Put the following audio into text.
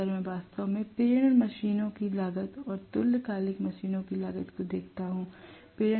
तो अगर मैं वास्तव में प्रेरण मशीनों की लागत और तुल्यकालिक मशीनों की लागत को देखता हूं